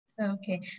Okay